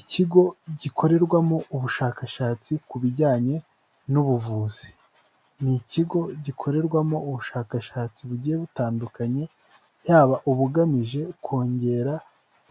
Ikigo gikorerwamo ubushakashatsi ku bijyanye n'ubuvuzi. Ni ikigo gikorerwamo ubushakashatsi bugiye butandukanye, yaba ubugamije kongera